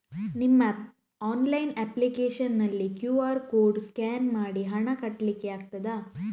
ನಿಮ್ಮ online application ನಲ್ಲಿ QR code scan ಮಾಡಿ ಹಣ ಕಟ್ಲಿಕೆ ಆಗ್ತದ?